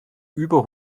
über